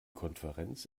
konferenz